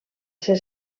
ser